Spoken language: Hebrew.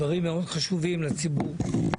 דברים מאוד חשובים לציבור.